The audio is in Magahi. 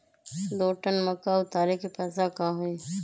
दो टन मक्का उतारे के पैसा का होई?